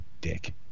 dick